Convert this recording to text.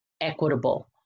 equitable